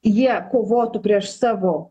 jie kovotų prieš savo